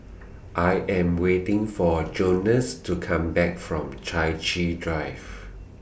I Am waiting For Jones to Come Back from Chai Chee Drive